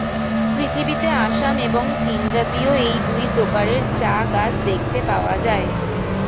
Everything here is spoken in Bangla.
পৃথিবীতে আসাম এবং চীনজাতীয় এই দুই প্রকারের চা গাছ দেখতে পাওয়া যায়